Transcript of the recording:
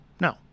No